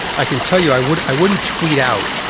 i can tell you i would i wouldn't tweet out.